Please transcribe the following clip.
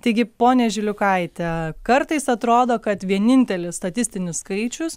taigi ponia žiliukaite kartais atrodo kad vienintelis statistinis skaičius